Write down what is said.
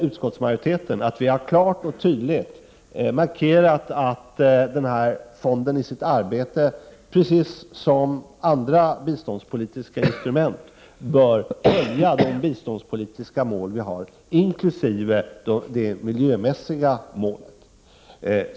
Utskottsmajoriteten har alltså klart och tydligt markerat att denna fond, precis som andra biståndspolitiska instrument, i sitt arbete bör följa de biståndspolitiska målen inkl. det miljömässiga målet.